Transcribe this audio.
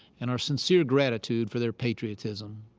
and our sincere gratitude for their patriotism.